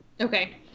Okay